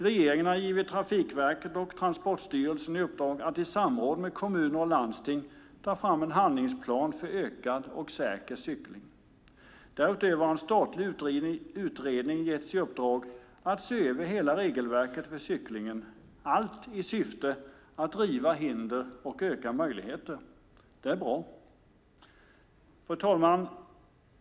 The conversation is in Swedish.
Regeringen har gett Trafikverket och Transportstyrelsen i uppdrag att i samråd med kommuner och landsting ta fram en handlingsplan för ökad och säker cykling. Därutöver har en statlig utredning getts i uppdrag att se över hela regelverket för cykling, allt i syfte att riva hinder och öka möjligheterna. Det är bra. Fru talman!